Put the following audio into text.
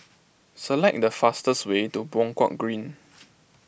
select the fastest way to Buangkok Green